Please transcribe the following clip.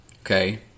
okay